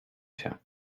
się